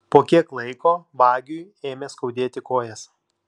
po kiek laiko vagiui ėmė skaudėti kojas